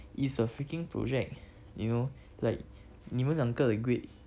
is a freaking project you know like 你们两个的 grade